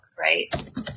right